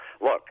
look